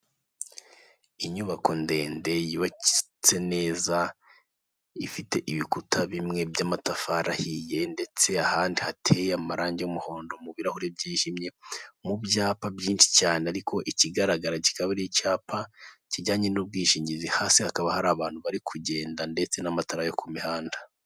Inyubako ndende yubakitse neza, ifite ibikuta bimwe by'amatafari ahiye, ndetse ahandi hateye amarangi y'umuhondo mu birarahure byijimye, mu byapa byinshi cyane ariko ikigaragara kikaba ari icyapa kijyanye n'ubwishingizi, hasi hakaba hari abantu bari kugenda ndetse n'amatara yo ku mihanda.